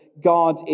God